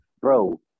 Bro